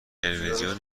تلویزیون